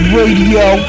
Radio